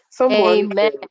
Amen